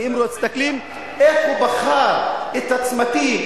כי אם מסתכלים איך הוא בחר את הצמתים,